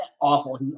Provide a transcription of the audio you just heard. Awful